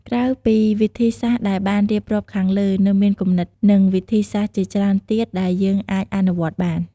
ក្រៅពីវិធីសាស្រ្តដែលបានរៀបរាប់ខាងលើ នៅមានគំនិត និងវិធីសាស្រ្តជាច្រើនទៀតដែលយើងអាចអនុវត្តបាន។